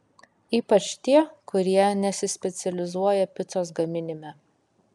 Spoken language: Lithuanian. ypač tie kurie nesispecializuoja picos gaminime